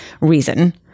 reason